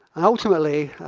and ultimately,